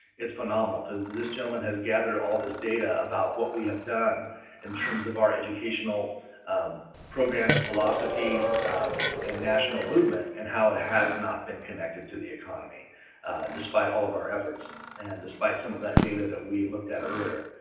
it's phenomenal because this gentleman has gathered all this data about what we have done in terms of our educational program and philosophy and national movement and how it has not been connected to the economy despite all of our efforts and despite some of that data that we looked at earlier.